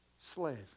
slave